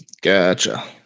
Gotcha